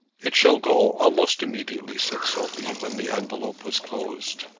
it shall go, almost immediately, said sophie, when the envelope was closed.